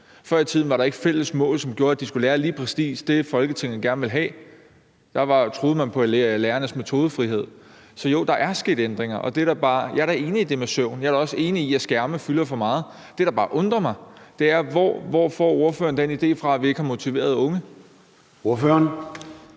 Før i tiden var der ikke fælles mål, som gjorde, at de skulle lære lige præcis det, Folketinget gerne ville have. Der troede man på lærernes metodefrihed. Så jo, der er sket ændringer. Jeg er da enig i det med søvn. Jeg er da også enig i, at skærme fylder for meget. Det, der bare undrer mig, er, hvor ordføreren får den idé fra, at vi ikke har motiverede unge. Kl.